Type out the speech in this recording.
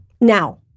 Now